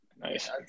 Nice